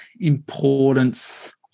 importance